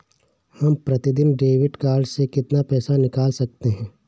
हम प्रतिदिन debit card से कितना पैसा निकाल सकते हैं?